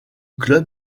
club